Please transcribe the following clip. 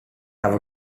have